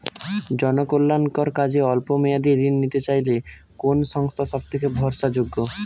জনকল্যাণকর কাজে অল্প মেয়াদী ঋণ নিতে চাইলে কোন সংস্থা সবথেকে ভরসাযোগ্য?